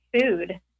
food